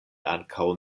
ankaŭ